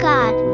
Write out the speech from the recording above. God